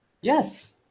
Yes